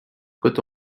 côte